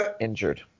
injured